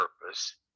purpose